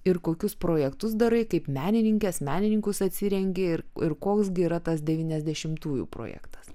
ir kokius projektus darai kaip menininkės menininkus atsirenki ir koks gi yra tas devyniasdešimtųjų projektas